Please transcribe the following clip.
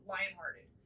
Lionhearted